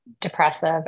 depressive